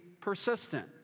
persistent